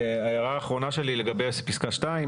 ההערה האחרונה שלי לגבי פסקה (2),